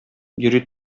йөри